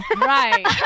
Right